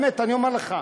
באמת, אני אומר לך,